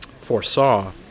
foresaw